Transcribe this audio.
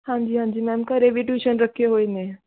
ਹਾਂਜੀ ਹਾਂਜੀ ਮੈਮ ਘਰ ਵੀ ਟਿਊਸ਼ਨ ਰੱਖੇ ਹੋਏ ਨੇ